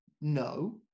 no